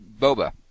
boba